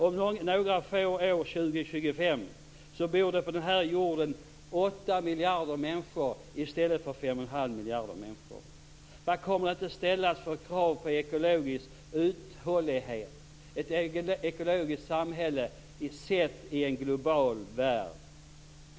Om några få år - 20-25 - bor det på denna jord åtta miljarder människor i stället för 5 1⁄2 miljarder människor. Vad kommer det inte att ställas för krav på ekologisk uthållighet då? Det gäller ett ekologiskt samhälle i en global värld.